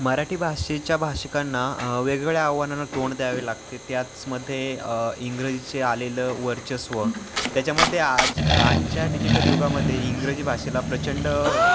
मराठी भाषेच्या भाषिकांना वेगवेगळ्या आव्हानांना तोंड द्यावे लागते त्याचमध्ये इंग्रजीचे आलेलं वर्चस्व त्याच्यामध्ये आज आजच्या डिजिटल युगामध्ये इंग्रजी भाषेला प्रचंड